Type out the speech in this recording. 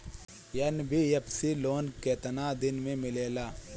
NBFC loan केतना दिन मे मिलेला?